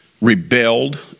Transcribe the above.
rebelled